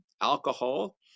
alcohol